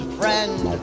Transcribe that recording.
friend